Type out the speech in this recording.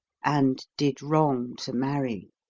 and did wrong to marry.